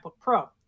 Pro